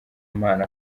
mpano